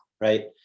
right